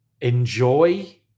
Enjoy